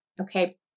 Okay